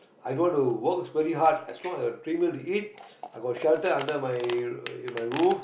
I go to work very hard as long as I have a table to eat I got a shelter under my my roof